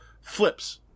flips